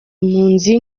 impunzi